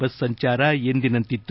bus ಸಂಜಾರ ಎಂದಿನಂತಿತ್ತು